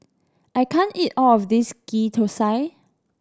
I can't eat all of this Ghee Thosai